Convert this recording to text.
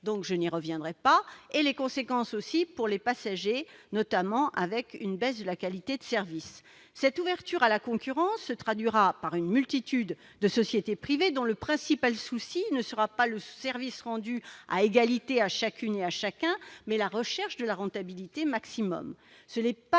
et je n'y reviendrai pas -, y compris pour les passagers, notamment une baisse de la qualité de service. Cette ouverture à la concurrence se traduira par l'intervention d'une multitude de sociétés privées, dont le principal souci sera non pas le service rendu à égalité à chacune et à chacun, mais la recherche de la rentabilité maximale. Ce n'est pas